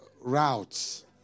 routes